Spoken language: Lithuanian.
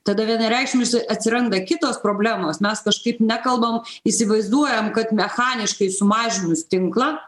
tada vienareikšmiškai atsiranda kitos problemos mes kažkaip nekalbam įsivaizduojam kad mechaniškai sumažinus tinklą